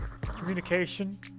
Communication